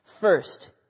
First